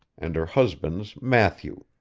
and her husband's matthew